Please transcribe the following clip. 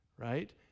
right